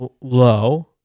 low